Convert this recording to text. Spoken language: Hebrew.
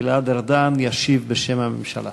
גלעד ארדן ישיב בשם הממשלה.